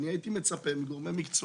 הייתי מצפה מגורמי מקצוע,